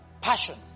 passion